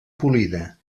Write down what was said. polida